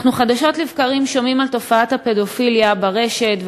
חדשות לבקרים אנחנו שומעים על תופעת הפדופיליה ברשת,